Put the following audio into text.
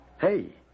Hey